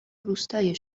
روستای